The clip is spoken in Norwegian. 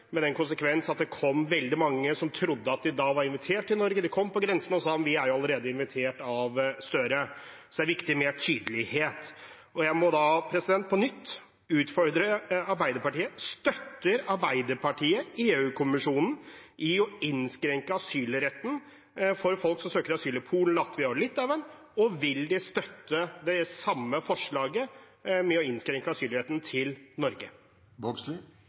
med den konsekvens at det kom veldig mange som trodde at de var invitert til Norge – de kom på grensen og sa at de allerede var invitert av Gahr Støre. Så det er viktig med tydelighet. Jeg må på nytt utfordre Arbeiderpartiet: Støtter Arbeiderpartiet EU-kommisjonen i å innskrenke asylretten for folk som søker asyl i Polen, Latvia og Litauen? Og vil de støtte det samme forslaget med å innskrenke